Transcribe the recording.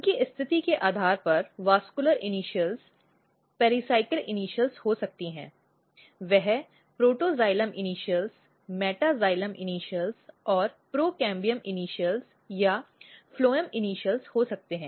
उनकी स्थिति के आधार पर संवहनी इनीशियल पेरिकिसाइल इनीशियल हो सकती है वे प्रोटोक्साइलम इनीशियल मेटैक्साइलम इनीशियल और प्रिकैम्बियम इनीशियल या फ्लोएम इनीशियल हो सकते हैं